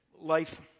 life